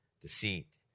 deceit